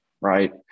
right